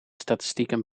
statistieken